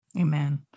Amen